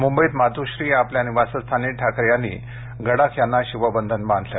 मुंबईत मात्ःश्री या आपल्या निवासस्थानी ठाकरे यांनी गडाख यांना शिवबंधन बांधलं